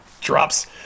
drops